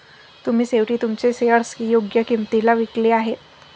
तुम्ही शेवटी तुमचे शेअर्स योग्य किंमतीला विकले आहेत